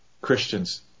Christians